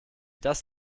das